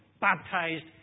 baptized